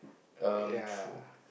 yea